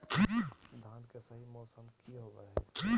धान के सही मौसम की होवय हैय?